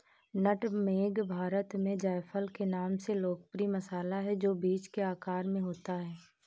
नट मेग भारत में जायफल के नाम से लोकप्रिय मसाला है, जो बीज के आकार में होता है